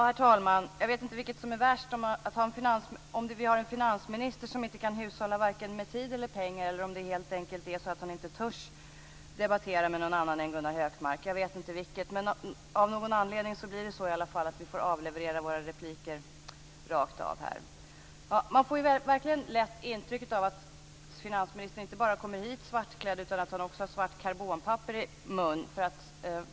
Herr talman! Jag vet inte vilket som är värst: om vi har en finansminister som inte kan hushålla med vare sig tid eller pengar eller om han helt enkelt inte törs debattera med någon annan än Gunnar Hökmark. Av någon anledning blir det i alla fall så att vi får avleverera våra repliker rakt av. Man får verkligen lätt intrycket att finansministern inte bara kommer hit svartklädd utan också har svart karbonpapper i munnen.